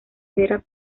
vera